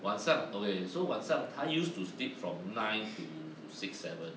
晚上 okay so 晚上她 used to sleep from nine to six seven